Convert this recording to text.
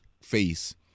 face